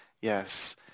Yes